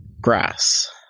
grass